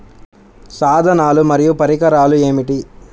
సాధనాలు మరియు పరికరాలు ఏమిటీ?